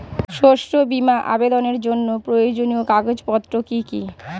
শস্য বীমা আবেদনের জন্য প্রয়োজনীয় কাগজপত্র কি কি?